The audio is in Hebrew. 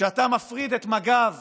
כשאתה מפריד את מג"ב